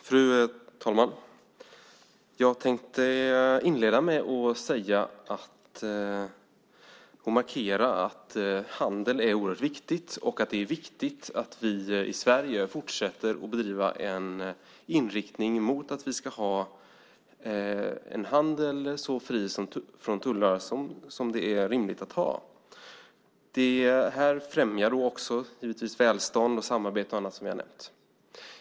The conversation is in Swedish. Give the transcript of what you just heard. Fru talman! Jag tänkte inleda med att markera att handel är viktigt och att det är viktigt att vi i Sverige fortsätter att driva en inriktning mot att vi ska ha en handel så fri från tullar som det är rimligt att ha. Detta främjar givetvis också välstånd, samarbete och annat som vi har nämnt.